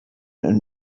and